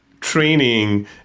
training